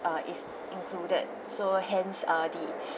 uh is included so hence uh the